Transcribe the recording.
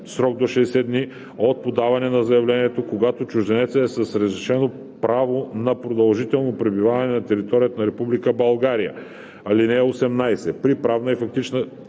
срок до 60 дни от подаване на заявлението, когато чужденецът е с разрешено право на продължително пребиваване на територията на Република България. (18) При правна и фактическа